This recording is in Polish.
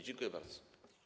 Dziękuję bardzo.